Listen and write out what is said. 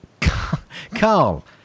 Carl